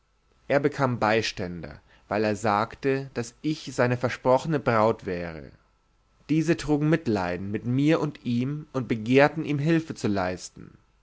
er bekam beiständer weil er sagte daß ich seine versprochne braut wäre diese trugen mitleiden mit mir und ihm und begehrten ihm hülfe zu leisten